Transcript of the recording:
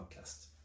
podcast